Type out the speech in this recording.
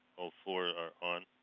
all for are on.